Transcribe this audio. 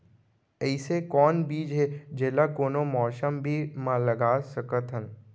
अइसे कौन बीज हे, जेला कोनो मौसम भी मा लगा सकत हन?